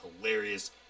hilarious